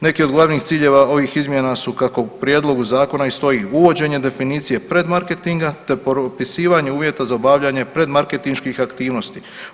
Nekih od glavnih ciljeva ovih izmjena su kako u prijedlogu zakona i stoji, uvođenje definicije predmarketinga te propisivanje uvjeta za obavljanje predmarketinških aktivnosti.